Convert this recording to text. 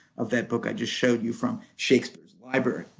of that book i just showed you from shakespeare's library.